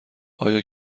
آیا